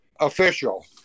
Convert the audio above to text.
official